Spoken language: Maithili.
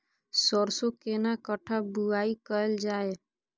सरसो केना कट्ठा बुआई कैल जाय?